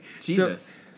Jesus